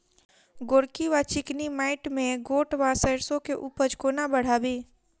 गोरकी वा चिकनी मैंट मे गोट वा सैरसो केँ उपज कोना बढ़ाबी?